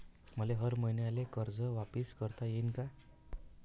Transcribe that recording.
मले हर मईन्याले कर्ज वापिस करता येईन का?